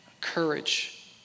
courage